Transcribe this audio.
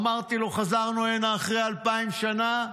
אמרתי לו: חזרנו הנה אחרי אלפיים שנה.